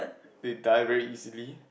they die very easily